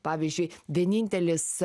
pavyzdžiui vienintelis